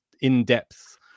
in-depth